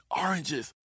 oranges